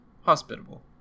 hospitable